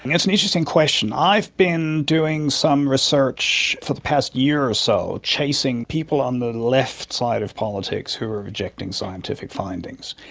and it's and interesting question. i've been doing some research for the past year or so chasing people on the left side of politics who are rejecting scientific findings,